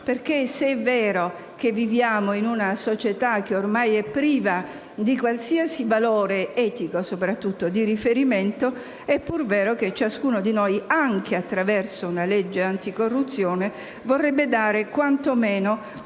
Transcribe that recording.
perché se è vero che viviamo in una società che ormai è priva di qualsiasi valore etico di riferimento, è pur vero che ciascuno di noi anche attraverso una legge anticorruzione vorrebbe dare quantomeno